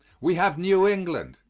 we have new england,